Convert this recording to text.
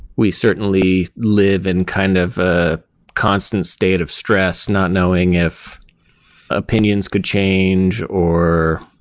we certainly live in kind of a constant state of stress not knowing if opinions could change or